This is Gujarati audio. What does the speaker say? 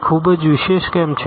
તે ખૂબ જ વિશેષ કેમ છે